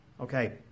okay